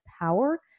power